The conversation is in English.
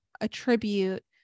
attribute